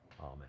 amen